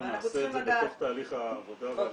אנחנו נעשה את זה בתוך תהליך העבודה והלמידה.